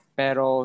pero